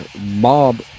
Mob